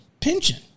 pension